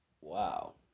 Wow